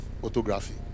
photography